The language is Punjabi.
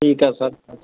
ਠੀਕ ਹੈ ਸਰ